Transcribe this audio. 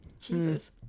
Jesus